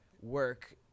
work